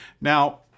Now